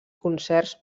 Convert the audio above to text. concerts